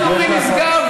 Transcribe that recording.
שלא מתיישרת עם ההלכה,